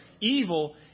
evil